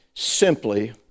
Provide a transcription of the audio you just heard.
simply